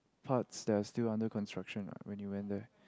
parts that are still under construction [what] when you went there